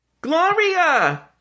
Gloria